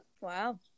Wow